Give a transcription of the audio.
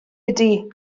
ydy